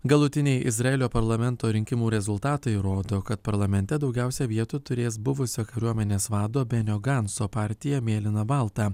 galutiniai izraelio parlamento rinkimų rezultatai rodo kad parlamente daugiausia vietų turės buvusio kariuomenės vado benio ganco partija mėlyna balta